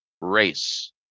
Race